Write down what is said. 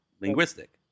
linguistic